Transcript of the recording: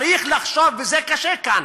צריך לחשוב, וזה קשה כאן,